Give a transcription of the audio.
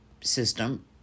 system